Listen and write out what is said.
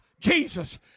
Jesus